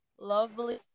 lovely